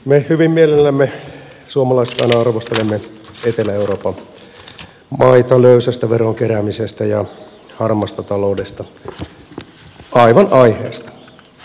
me suomalaiset hyvin mielellämme aina arvostelemme etelä euroopan maita löysästä veronkeräämisestä ja harmaasta taloudesta aivan aiheesta